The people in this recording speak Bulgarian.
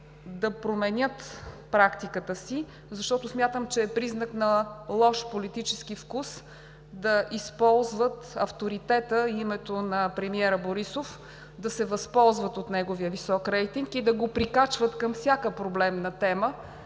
да променят практиката си, защото смятам, че е признак на лош политически вкус да използват авторитета и името на премиера Борисов, да се възползват от неговия висок рейтинг и да го прикачват към всяка проблемна тема,